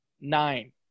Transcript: Nine